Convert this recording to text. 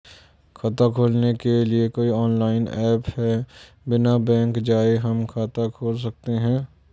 खाता खोलने के लिए कोई ऑनलाइन ऐप है बिना बैंक जाये हम खाता खोल सकते हैं?